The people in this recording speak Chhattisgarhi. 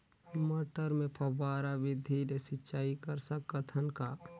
मटर मे फव्वारा विधि ले सिंचाई कर सकत हन का?